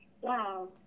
wow